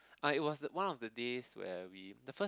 like it was one of the days where we the first